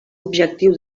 objectiu